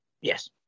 yes